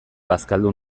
bazkaldu